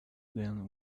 them